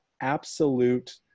absolute